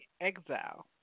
exile